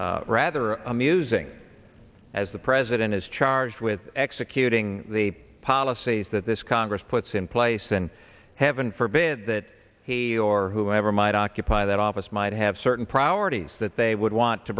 rather amusing as the president is charged with executing the policies that this congress puts in place and heaven forbid that he or whoever might occupy that office might have certain priorities that they would want to